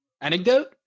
anecdote